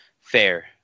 fair